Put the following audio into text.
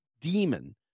demon